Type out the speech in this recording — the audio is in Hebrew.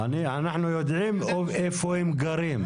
אנחנו יודעים איפה הם גרים.